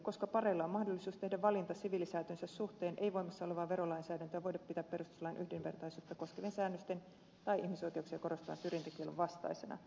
koska pareilla on mahdollisuus tehdä valinta siviilisäätynsä suhteen ei voimassa olevaa verolainsäädäntöä voida pitää perustuslain yhdenvertaisuutta koskevien säännösten tai ihmisoikeuksia korostavan syrjintäkiellon vastaisena